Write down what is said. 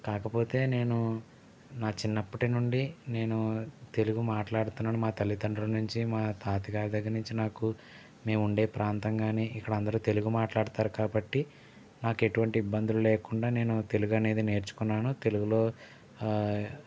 కాకపోతే నేను నా చిన్నప్పటినుండి నేను తెలుగు మాట్లాడుతున్నాను మా తల్లితండ్రులనుంచి మా తాతగారు దగ్గర నుంచి నాకు మేము ఉండే ప్రాంతంగాని ఇక్కడ అందరు తెలుగు మాట్లాడతారు కాబట్టి నాకు ఎటువంటి ఇబ్బందులు లేకుండా నేను తెలుగనేది నేర్చుకున్నాను తెలుగులో